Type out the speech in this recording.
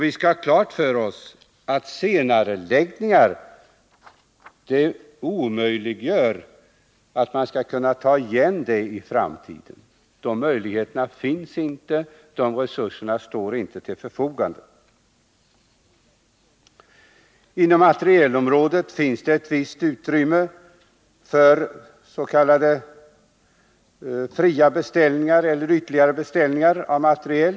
Vi skall ha klart för oss att senareläggningar inte är lösningen. Det är omöjligt att ta igen uppskjutna projekt i framtiden. De möjligheterna finns inte — de resurserna står inte till förfogande. Inom materielområdet finns ett visst utrymme för s.k. fria beställningar eller ytterligare beställningar av materiel.